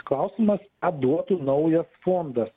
klausimas ką duotų naujas fondas